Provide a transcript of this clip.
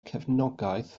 cefnogaeth